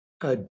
A